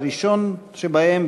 הראשון שבהם,